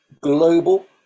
global